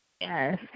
Yes